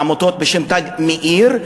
עמותות בשם "תג מאיר",